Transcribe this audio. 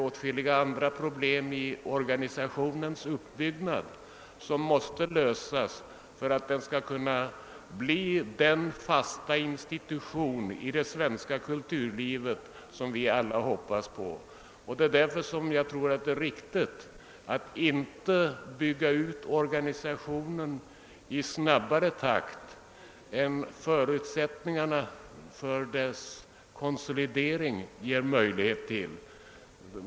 Åtskilliga problem beträffande organisationens uppbyggnad måste också lösas om den skall kunna bli den fasta institution i det svenska kulturlivet som vi alla hoppas på. Jag tror därför att det är riktigt att inte bygga ut organisationen i snabbare takt än förutsättningarna för dess konsolidering ger möjlighet till.